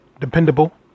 dependable